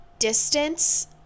distance